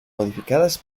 modificadas